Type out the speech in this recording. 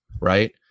right